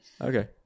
Okay